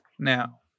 Now